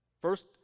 First